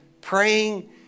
praying